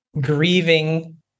grieving